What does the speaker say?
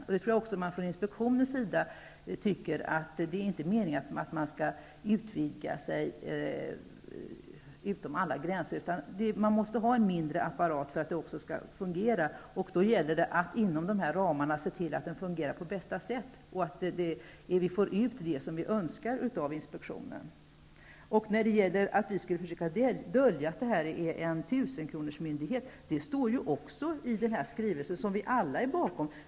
Jag tror också att man från inspektionens sida tycker att det inte är meningen att man skall utvidga sig över alla gränser, utan det måste vara en mindre apparat för att den skall fungera. Då gäller det att inom ramarna se till att den fungerar på bästa sätt och att vi får ut det som vi önskar av inspektionen. Sedan är det ju fel att påstå att vi skulle försöka dölja att datainspektionen är en tusenkronorsmyndighet. Det står också i skrivelsen som vi alla ställt oss bakom.